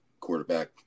quarterback